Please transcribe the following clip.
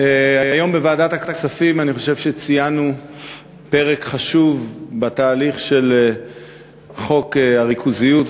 היום בוועדת הכספים אני חושב שציינו פרק חשוב בתהליך של חוק הריכוזיות,